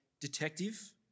detective